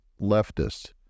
leftists